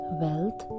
wealth